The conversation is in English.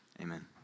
amen